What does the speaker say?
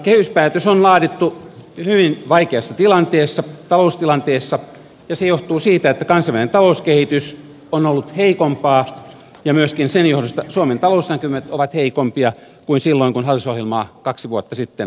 kehyspäätös on laadittu hyvin vaikeassa taloustilanteessa ja se johtuu siitä että kansainvälinen talouskehitys on ollut heikompaa ja myöskin sen johdosta suomen talousnäkymät ovat heikompia kuin silloin kun hallitusohjelmaa kaksi vuotta sitten laadittiin